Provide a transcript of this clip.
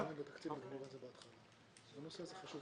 אני חושב